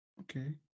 okay